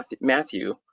Matthew